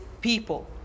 people